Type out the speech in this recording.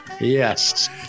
Yes